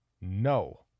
no